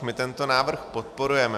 My tento návrh podporujeme.